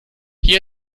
hier